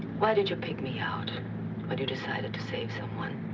why did you pick me out when you decided to save someone?